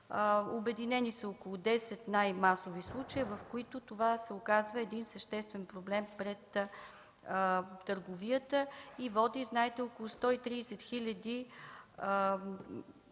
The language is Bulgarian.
Обединени са около 10 най-масови случая, в които това се оказва съществен проблем пред търговията и води, знаете – около 130 хиляди